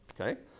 okay